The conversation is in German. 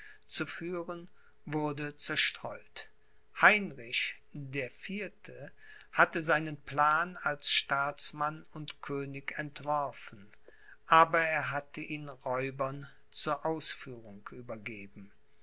zu führen wurde zerstreut heinrich der vierte hatte seinen plan als staatsmann und könig entworfen aber er hatte ihn räubern zur ausführung übergeben